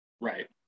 Right